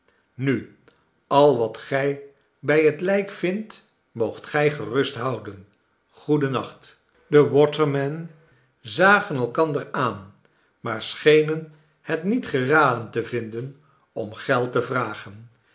nu al wat gij bij het lijk vindt moogt gij gerust houden goeden nacht de watermen zagen elkander aan maar schenen het niet geraden te vinden om geld te vragen